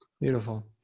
Beautiful